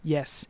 Yes